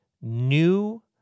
New